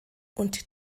und